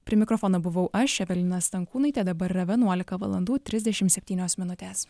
prie mikrofono buvau aš evelina stankūnaitė dabar yra vienuolika valandų trisdešimt septynios minutės